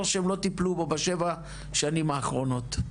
שהם לא טיפלו בו בשבע השנים האחרונות.